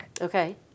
okay